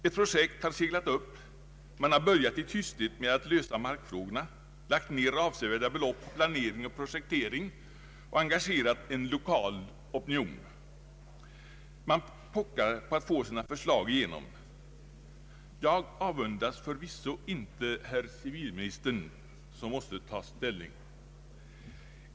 Ett projekt har seglat upp, man har börjat i tysthet med att lösa markfrågorna, lagt ner avsevärda belopp på planering och projektering och engagerat en lokal opinion. Man pockar på att få sina förslag igenom. Jag avundas förvisso inte herr civilministern, som måste ta ställning.